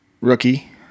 rookie